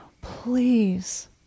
please